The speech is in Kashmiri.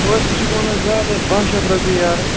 توتہِ ژٕ چھُکھ وَنان زیادٕے باہ شیٚتھ رۄپیہِ یارٕ